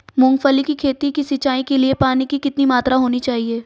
मूंगफली की खेती की सिंचाई के लिए पानी की कितनी मात्रा होनी चाहिए?